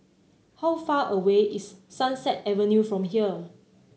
how far away is Sunset Avenue from here